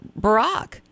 Barack